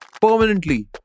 permanently